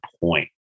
point